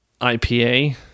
IPA